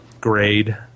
grade